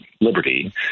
liberty